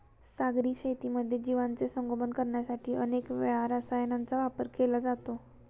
सागरी शेतीमध्ये जीवांचे संगोपन करण्यासाठी अनेक वेळा रसायनांचा वापर केला जातो